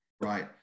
Right